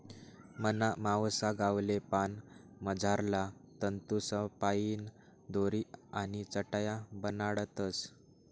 मना मावसा गावले पान मझारला तंतूसपाईन दोरी आणि चटाया बनाडतस